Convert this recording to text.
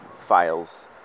files